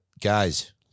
guys